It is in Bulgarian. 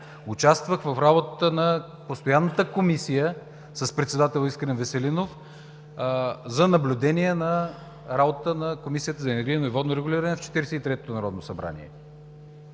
участвах в работата на постоянната Комисия, с председател Искрен Веселинов, за наблюдение на работата на Комисията за енергийно и водно регулиране в Четиридесет и третото народно събрание.